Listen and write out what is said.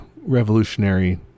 revolutionary